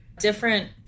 different